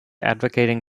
advocating